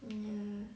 um ya